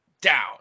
down